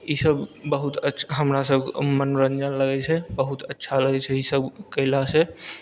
ई सब बहुत अच्छा हमरा सबके मनोरञ्जन लगैत छै बहुत अच्छा लगैत छै ई सब कयला से